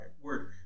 word